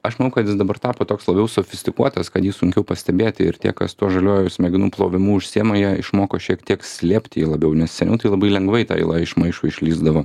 aš manau kad jis dabar tapo toks labiau sofistikuotas kad jį sunkiau pastebėti ir tie kas tuo žaliuoju smegenų plovimu užsiima jie išmoko šiek tiek slėpt jį labiau nes seniau tai labai lengvai ta yla iš maišo išlįsdavo